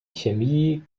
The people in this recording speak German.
chemie